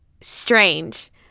strange